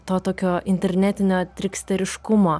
to tokio internetinio triksteriškumo